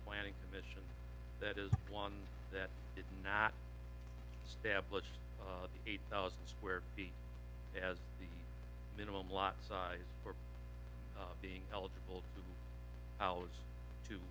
planning commission that is one that did not establish eight thousand square feet as the minimum lot size for being eligible